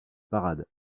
parade